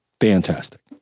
Fantastic